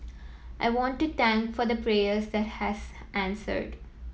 I want to for the prayers that has answered